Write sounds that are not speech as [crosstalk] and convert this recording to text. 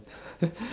[laughs]